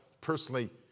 personally